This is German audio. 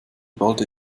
ballte